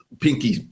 Pinky